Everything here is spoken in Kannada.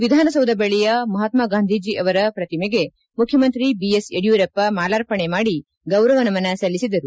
ವಿಧಾನಸೌಧ ಬಳಿಯ ಮಹಾತ್ಮ ಗಾಂಧೀಜಿ ಅವರ ಪ್ರತಿಮೆಗೆ ಮುಖ್ಯಮಂತ್ರಿ ಬಿಎಸ್ ಯಡಿಯೂರಪ್ಪ ಮಾಲಾರ್ಪಣೆ ಮಾದಿ ಗೌರವ ನಮನ ಸಲ್ಲಿಸಿದರು